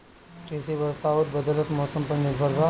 कृषि वर्षा आउर बदलत मौसम पर निर्भर बा